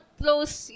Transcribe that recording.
close